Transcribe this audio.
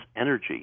energy